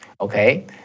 Okay